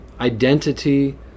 identity